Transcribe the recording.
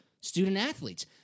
student-athletes